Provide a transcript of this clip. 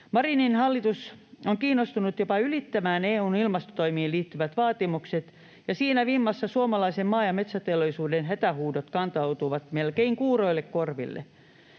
Marinin hallitus on kiinnostunut jopa ylittämään EU:n ilmastotoimiin liittyvät vaatimukset, ja siinä vimmassa suomalaisen maa- ja metsäteollisuuden hätähuudot kantautuvat melkein kuuroille korville.